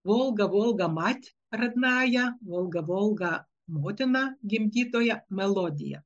volga volga mat radnaja volga volga motina gimdytoja melodija